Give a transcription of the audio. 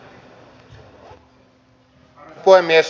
arvoisa puhemies